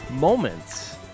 moments